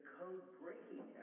code-breaking